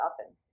often